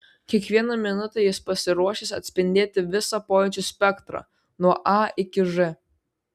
kiekvieną minutę jis pasiruošęs atspindėti visą pojūčių spektrą nuo a iki ž